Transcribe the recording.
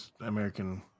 American